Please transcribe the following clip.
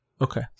Okay